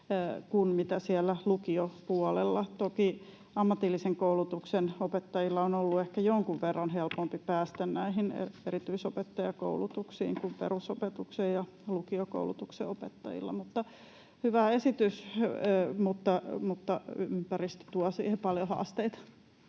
kuin siellä lukion puolella. Toki ammatillisen koulutuksen opettajilla on ollut ehkä jonkun verran helpompi päästä näihin erityisopettajakoulutuksiin kuin perusopetuksen ja lukiokoulutuksen opettajilla. Hyvä esitys, mutta ympäristö tuo sille paljon haasteita.